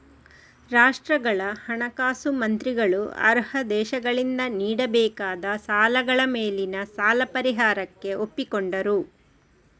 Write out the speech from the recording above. ರಾಷ್ಟ್ರಗಳ ಹಣಕಾಸು ಮಂತ್ರಿಗಳು ಅರ್ಹ ದೇಶಗಳಿಂದ ನೀಡಬೇಕಾದ ಸಾಲಗಳ ಮೇಲಿನ ಸಾಲ ಪರಿಹಾರಕ್ಕೆ ಒಪ್ಪಿಕೊಂಡರು